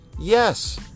yes